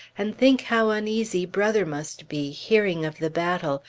and think how uneasy brother must be, hearing of the battle,